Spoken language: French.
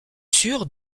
sûre